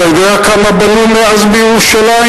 אתה יודע כמה בנו מאז בירושלים,